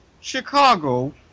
Chicago